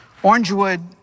Orangewood